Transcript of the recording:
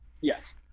Yes